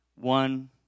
one